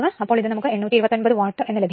അപ്പോൾ ഇത് നമുക്ക് 829 വാട്ട് എന്ന് ലഭിക്കും